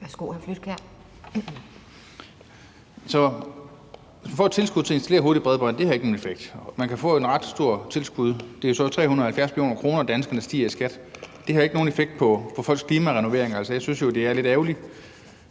(DF): At få et tilskud til at installere hurtigt bredbånd har ikke nogen effekt. Man kan få et ret stort tilskud. Det er jo så 370 mio. kr., danskerne stiger i skat, og det mener man ikke har nogen effekt på folks klimarenoveringer. Jeg synes jo, det er lidt ærgerligt.